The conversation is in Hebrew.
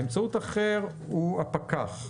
באמצעות אחר, זה הפקח.